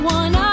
one